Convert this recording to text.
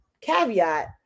Caveat